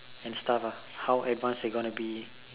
and stuff ah how advanced they gonna be